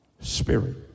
Spirit